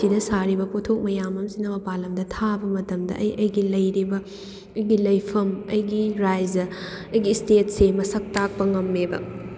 ꯁꯤꯗ ꯁꯥꯔꯤꯕ ꯄꯣꯊꯣꯛ ꯃꯌꯥꯝ ꯑꯝꯁꯤꯅ ꯃꯄꯥꯟ ꯂꯝꯗ ꯊꯥꯕ ꯃꯇꯝꯗ ꯑꯩ ꯑꯩꯒꯤ ꯂꯩꯔꯤꯕ ꯑꯩꯒꯤ ꯂꯩꯐꯝ ꯑꯩꯒꯤ ꯔꯥꯏꯖ ꯑꯩꯒꯤ ꯏꯁꯇꯦꯠꯁꯦ ꯃꯁꯛ ꯇꯥꯛꯄ ꯉꯝꯃꯦꯕ